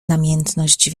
namiętność